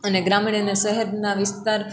અને ગ્રામીણ અને શહેરના વિસ્તાર